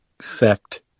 sect